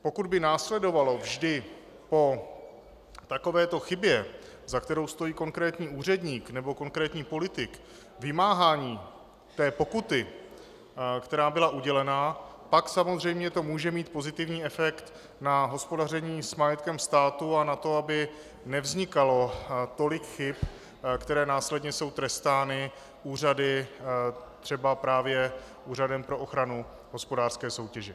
Pokud by následovalo vždy po takovéto chybě, za kterou stojí konkrétní úředník nebo konkrétní politik, vymáhání pokuty, která byla udělena, pak samozřejmě to může mít pozitivní efekt na hospodaření s majetkem státu a na to, aby nevznikalo tolik chyb, které následně jsou trestány úřady, třeba právě Úřadem pro ochranu hospodářské soutěže.